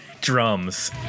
drums